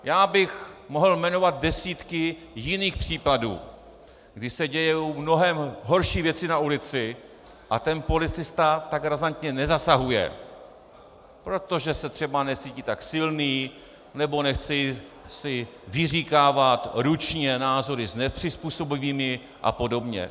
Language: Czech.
Já bych mohl jmenovat desítky jiných případů, kdy se dějí mnohem horší věci na ulici a policista tak razantně nezasahuje, protože se třeba necítí tak silný, nebo si nechce vyříkávat ručně názory s nepřizpůsobivými a podobně.